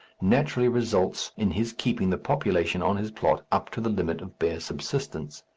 naturally results in his keeping the population on his plot up to the limit of bare subsistence.